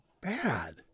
bad